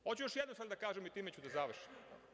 Hoću još jednu stvar da kažem i time ću da završim.